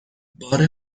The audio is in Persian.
بار